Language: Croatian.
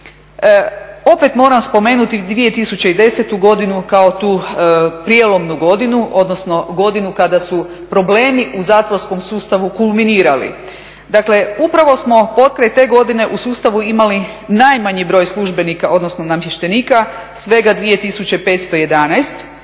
opet moram spomenuti 2010. godinu kao tu prijelomnu godinu, odnosno godinu kada su problemi u zatvorskom sustavu kulminirali. Dakle, upravo smo potkraj te godine u sustavu imali najmanji broj službenika, odnosno namještenika. Svega 2511